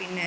പിന്നെ